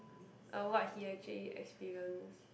uh what he actually experienced